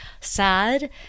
sad